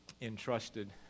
entrusted